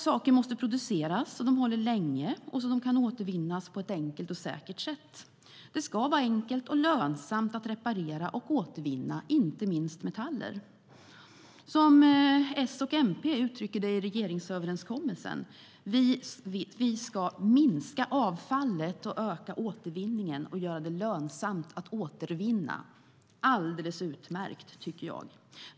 Saker måste produceras så att de håller länge och så att de kan återvinnas på ett enkelt och säkert sätt. Det ska vara enkelt och lönsamt att reparera och återvinna, inte minst metaller. S och MP uttrycker i regeringsöverenskommelsen att vi ska minska avfallet, öka återvinningen och göra det lönsamt att återvinna. Det är alldeles utmärkt.